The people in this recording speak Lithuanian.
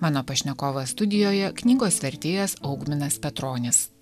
mano pašnekovas studijoje knygos vertėjas augminas petronis